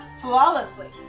flawlessly